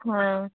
হ্যাঁ